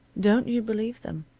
don't you believe them.